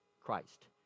Christ